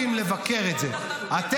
--- זה נראה כאילו --- משחקים, זה העניין.